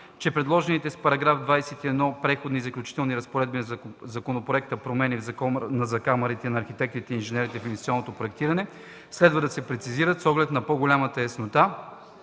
че предложените с § 21 от Преходните и заключителни разпоредби на законопроекта промени в Закона за камарите на архитектите и инженерите в инвестиционното проектиране следва да се прецизират с оглед на по-голяма яснота